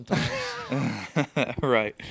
Right